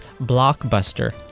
blockbuster